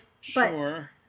Sure